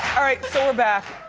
all right, so we're back.